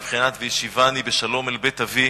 בבחינת "והשיבני בשלום אל בית אבי",